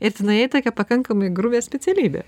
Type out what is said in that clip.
ir tu nuėjai į tokią pakankamai grubią specialybę